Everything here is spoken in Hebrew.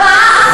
4%,